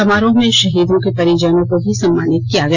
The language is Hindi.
समारोह में शहीदों के परिजनों को भी सम्मानित किया गया